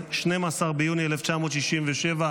12 ביוני 1967,